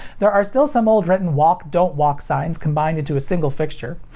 there are still some old written walk don't walk signs combines into a single fixture,